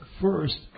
first